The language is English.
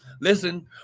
Listen